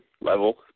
level